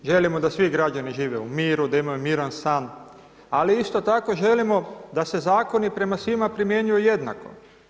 Želimo da svi građani žive u miru, da imaju miran san, ali isto tako želimo da se zakoni prema svima primjenjuju jednako.